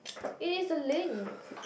it is a link